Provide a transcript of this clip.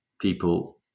people